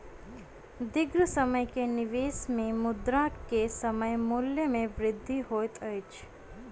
दीर्घ समय के निवेश में मुद्रा के समय मूल्य में वृद्धि होइत अछि